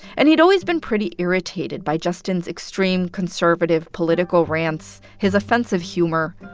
and he'd always been pretty irritated by justin's extreme, conservative political rants, his offensive humor.